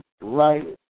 right